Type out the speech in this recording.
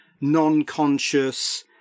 non-conscious